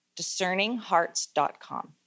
Discerninghearts.com